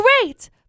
Great